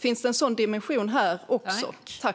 Finns det en sådan dimension vad gäller spelreklam också?